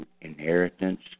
inheritance